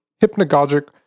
hypnagogic